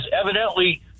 evidently